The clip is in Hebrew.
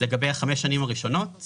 לגבי חמש השנים הראשונות.